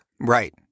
Right